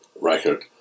record